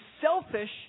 selfish